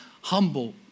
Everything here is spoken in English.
humble